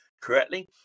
correctly